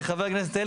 חבר הכנסת,